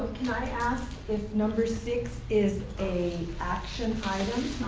i ask if number six is a action item?